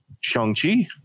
Shang-Chi